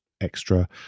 extra